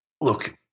look